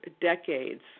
decades